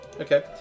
Okay